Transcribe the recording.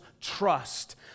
trust